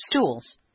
stools